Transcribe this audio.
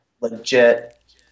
legit